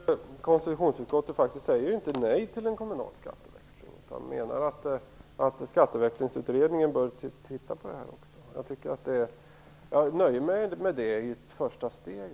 Fru talman! Jag är ändå glad att konstitutionsutskottet faktiskt inte säger nej till en kommunal skatteväxling utan menar att Skatteväxlingsutredningen bör titta på frågan. Jag nöjer mig med det i ett första steg.